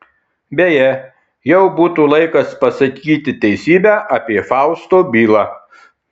beje jau būtų laikas pasakyti teisybę apie fausto bylą